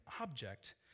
object